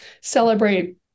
celebrate